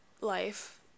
life